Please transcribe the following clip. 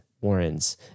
Warrens